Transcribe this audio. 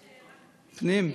כנראה רק פנים.